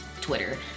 Twitter